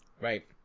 Right